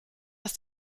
ist